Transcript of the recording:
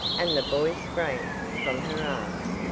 and the boy sprang from her arms,